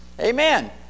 Amen